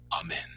amen